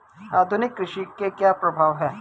आधुनिक कृषि के क्या प्रभाव हैं?